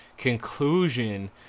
conclusion